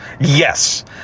Yes